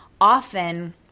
often –